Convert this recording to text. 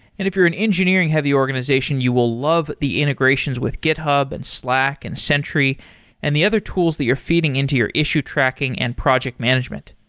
if you're an engineering-heavy organization, you will love the integrations with github and slack and sentry and the other tools that you're feeding into your issue tracking and project management.